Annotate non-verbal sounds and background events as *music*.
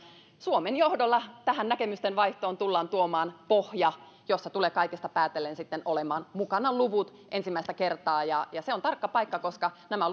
suomen johdolla tähän näkemysten vaihtoon tullaan tuomaan pohja jossa tulee kaikesta päätellen olemaan mukana luvut ensimmäistä kertaa se on tarkka paikka koska nämä *unintelligible*